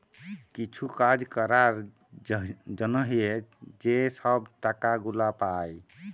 কিছু কাজ ক্যরার জ্যনহে যে ছব টাকা গুলা পায়